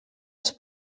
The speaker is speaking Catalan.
els